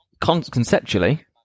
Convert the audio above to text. conceptually